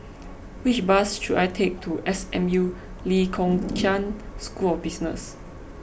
which bus should I take to S M U Lee Kong Chian School of Business